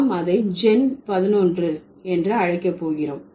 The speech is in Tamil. நாம் அதை ஜென் பதினொன்று என்று அழைக்க போகிறோம்